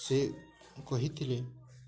ସେ କହିଥିଲେ